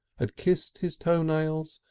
had kissed his toe-nails,